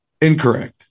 Incorrect